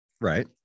right